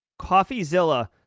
CoffeeZilla